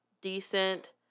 decent